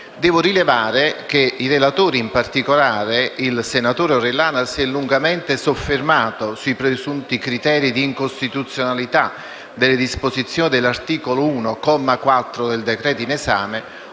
Devo rilevare che i relatori, e in particolare il senatore Orellana, si sono lungamente soffermati sui presunti criteri di incostituzionalità delle disposizioni dell'articolo 1, comma 4, del decreto-legge in esame,